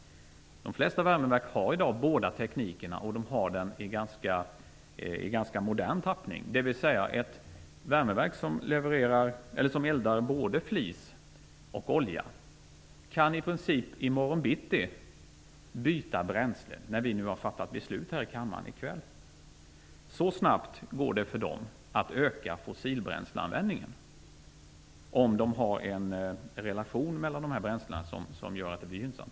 De flesta värmeverk har i dag båda teknikerna, och de har dem i en ganska modern tappning. Ett värmeverk som eldar både flis och olja kan alltså i princip byta bränsle i morgon bitti, när vi har fattat beslut här i kammaren i kväll. Det går så snabbt för dem att öka fossilbränsleanvändningen om det finns en relation mellan dessa bränslen som gör att det blir gynnsamt.